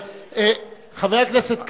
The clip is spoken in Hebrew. חבר הכנסת כץ.